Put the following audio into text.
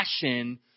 passion